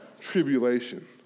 tribulation